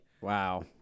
Wow